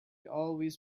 always